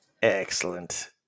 Excellent